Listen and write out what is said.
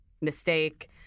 mistake